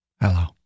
Hello